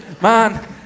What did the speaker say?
Man